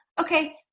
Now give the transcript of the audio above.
Okay